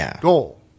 goal